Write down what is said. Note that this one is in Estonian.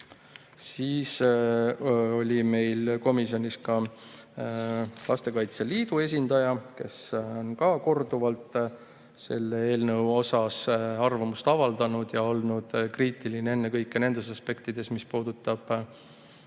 Siis oli meil komisjonis Lastekaitse Liidu esindaja, kes on ka korduvalt selle eelnõu kohta arvamust avaldanud ja olnud kriitiline ennekõike nende aspektide suhtes, mis puudutavad